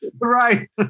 Right